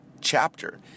chapter